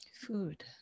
Food